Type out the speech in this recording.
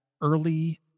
early